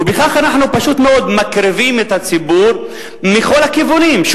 ובכך אנחנו פשוט מאוד מקריבים את הציבור מכל הכיוונים,